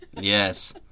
Yes